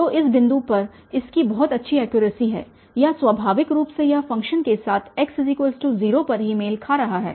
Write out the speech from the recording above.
तो इस बिंदु पर इसकी बहुत अच्छी ऐक्युरसी है या स्वाभाविक रूप से यह फ़ंक्शन के साथ x0 पर ही मेल खा रहा है